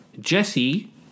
Jesse